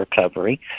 recovery